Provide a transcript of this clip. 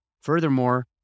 furthermore